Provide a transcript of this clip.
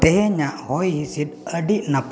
ᱛᱮᱦᱮᱧᱟᱜ ᱦᱚᱭ ᱦᱤᱸᱥᱤᱫ ᱟᱹᱰᱤ ᱱᱟᱯᱟᱭ